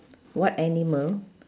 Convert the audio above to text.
what animal